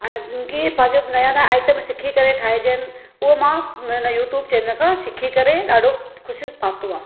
कीअं पंहिंजो नया नया आइटम सिखी करे ठाहिजनि उहो मां इन यूट्यूब चैनल सां सिखी करे ॾाढो कुझु पातो आहे